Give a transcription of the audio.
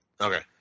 Okay